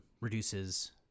reduces